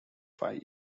five